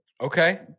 Okay